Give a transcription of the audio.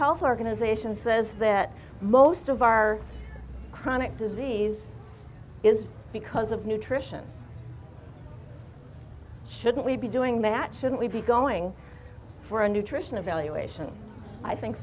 health organization says that most of our chronic disease is because of nutrition shouldn't we be doing that shouldn't we be going for a nutrition evaluation i think